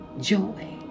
joy